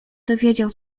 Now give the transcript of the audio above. dowiedział